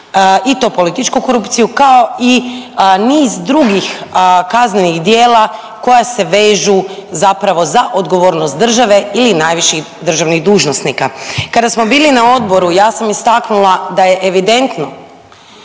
i to političku korupciju, kao i niz drugih kaznenih djela koja se vežu zapravo za odgovornost države ili najviših državnih dužnosnika. Kada smo bili na Odboru, ja sam istaknula da je evidentno